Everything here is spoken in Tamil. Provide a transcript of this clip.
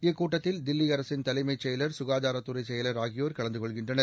இக்கூட்டத்தில் தில்லி அரசின் தலைமை செயலர் சுகாதார துறை செயலர் ஆகியோர் கலந்துகொள்கின்றனர்